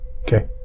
okay